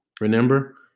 Remember